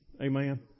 Amen